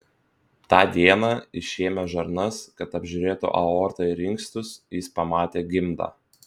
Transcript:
tą dieną išėmęs žarnas kad apžiūrėtų aortą ir inkstus jis pamatė gimdą